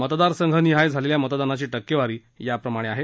मतदार संघनिहाय झालेल्या मतदानाची टक्केवारी याप्रमाणे आहे